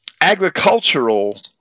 agricultural